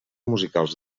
musicals